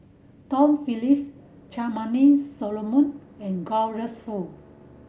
Tom Phillips Charmaine Solomon and Douglas Foo